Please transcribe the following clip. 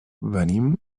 venim